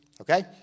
Okay